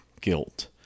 guilt